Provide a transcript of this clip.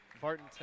Barton